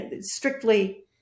strictly